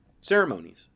ceremonies